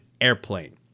airplane